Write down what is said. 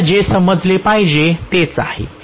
आपल्याला जे समजले पाहिजे तेच आहे